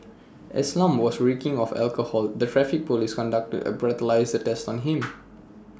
as Lam was reeking of alcohol the traffic Police conducted A breathalyser test on him